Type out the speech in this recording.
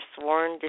sworn